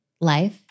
life